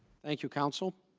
thank you, counsel.